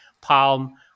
palm